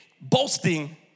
boasting